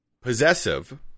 possessive